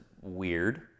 weird